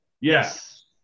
Yes